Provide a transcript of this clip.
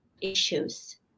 issues